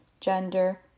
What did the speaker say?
gender